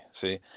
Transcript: See